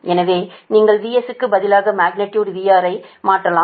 எனவே நீங்கள் VS க்கு பதிலாக மக்னிடியுடு VR ஐ மாற்றலாம்